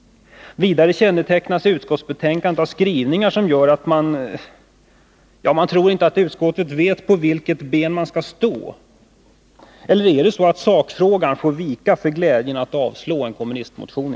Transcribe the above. Vidare kännetecknas utskottsbetänkandet av skrivningar som gör att man tror att utskottet inte vet vilket ben man skall stå på — eller är det så att sakfrågan får vika för glädjen att avslå en kommunistmotion?